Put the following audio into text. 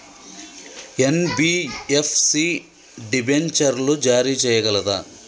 NBFC డిబెంచర్లు జారీ చేయగలదా?